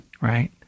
right